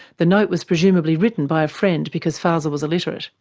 the note was presumably written by a friend because fazel was illiterate.